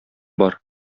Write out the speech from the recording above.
бар